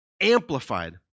amplified